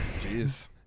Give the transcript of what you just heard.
Jeez